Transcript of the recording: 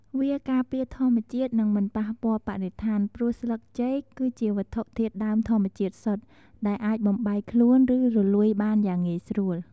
វាការពារធម្មជាតិ និងមិនប៉ះពាល់បរិស្ថាន ព្រោះស្លឹកចេកគឺជាវត្ថុធាតុដើមធម្មជាតិសុទ្ធ ដែលអាចបំបែកខ្លួន ឬរលួយបានយ៉ាងងាយស្រួល ។